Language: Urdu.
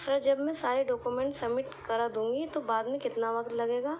سر جب میں سارے ڈاکیومینٹ سبمٹ کرا دوں گی تو بعد میں کتنا وقت لگے گا